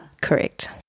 Correct